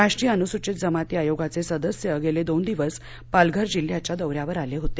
राष्ट्रीय अनुसूचित जमाती आयोगाचे सदस्य गेले दोन दिवस पालघर जिल्ह्याच्या दौन्यावर आले होते